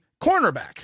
cornerback